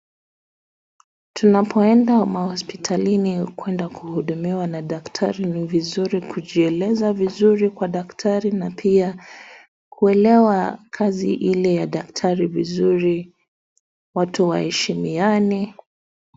Tunapoenda mahospitalini kwenda kuhudumiwa na daktari, ni vizuri kujieleza vizuri kwa daktari na pia kuelewa kazi ile ya daktari vizuri, watu waheshimiane.